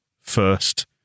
first